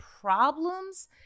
problems